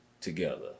together